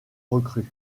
recrues